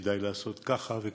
כדאי לעשות ככה וככה?